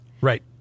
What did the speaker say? Right